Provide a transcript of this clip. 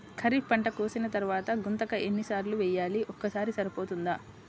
ఖరీఫ్ పంట కోసిన తరువాత గుంతక ఎన్ని సార్లు వేయాలి? ఒక్కసారి సరిపోతుందా?